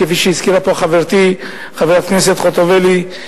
כפי שהזכירה פה חברתי חברת הכנסת חוטובלי,